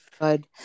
Good